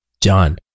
John